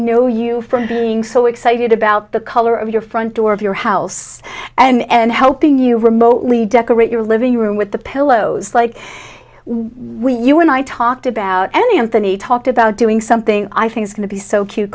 know you from being so excited about the color of your front door of your house and helping you remotely decorate your living room with the pillows like we you and i talked about any anthony talked about doing something i think is going to be so cute